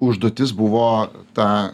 užduotis buvo tą